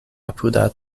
apuda